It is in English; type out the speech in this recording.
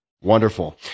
Wonderful